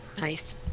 Nice